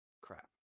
Crap